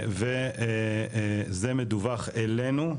וזה מדווח אלינו,